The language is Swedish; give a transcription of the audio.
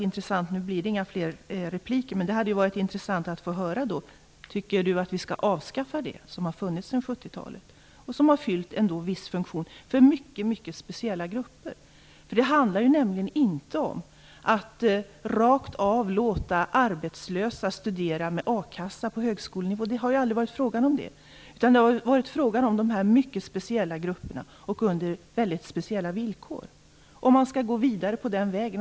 Nu blir det inga fler repliker, men det hade varit intressant att få höra om Ulf Kristersson tycker att vi skall avskaffa denna möjlighet som har funnits sedan 70-talet och som har fyllt en viss funktion för mycket speciella grupper. Det handlar nämligen inte om att rakt av låta arbetslösa studera på högskolenivå med akassa. Det har aldrig varit fråga om det. Det har varit fråga om mycket speciella grupper och villkor. Skall vi gå vidare på den vägen?